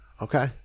Okay